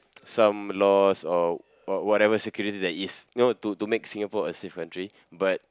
some laws or what whatever security it is know to to make Singapore a safe country but